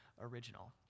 original